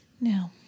No